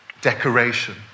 decoration